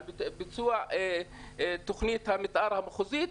על ביצוע תוכנית המתאר המחוזית,